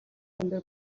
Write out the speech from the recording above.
өндөр